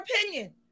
opinion